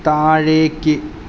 താഴേക്ക്